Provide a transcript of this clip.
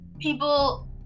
people